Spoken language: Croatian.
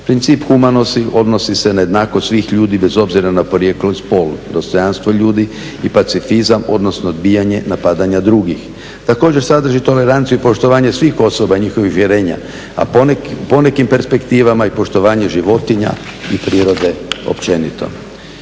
Princip humanosti odnosi se na jednakost svih ljudi bez obzira na porijeklo i spol, dostojanstvo ljudi i pacifizam, odnosno odbijanje napadanja drugih. Također, sadrži toleranciju i poštovanje svih osoba i njihovih uvjerenja, a ponekim perspektivama i poštovanje životinja i prirode općenito.